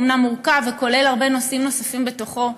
הוא אומנם מורכב וכולל הרבה נושאים נוספים בתוכו,